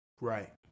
Right